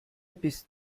bist